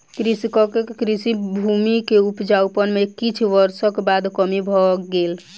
कृषकक कृषि भूमि के उपजाउपन में किछ वर्षक बाद कमी भ गेल